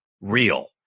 real